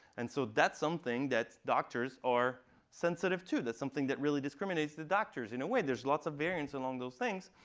and so that's something that doctors are sensitive to. that's something that really discriminates the doctors in a way. there's lots of variance along those things,